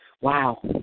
Wow